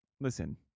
listen